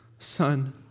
Son